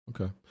okay